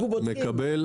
אנחנו בודקים.